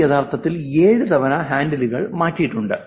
ഇത് യഥാർത്ഥത്തിൽ 7 തവണ ഹാൻഡിലുകൾ മാറ്റിയിട്ടുണ്ട്